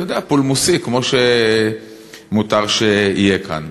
אתה יודע, פולמוסי, כמו שמותר שיהיה כאן.